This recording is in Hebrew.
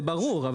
זה ברור.